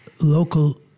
local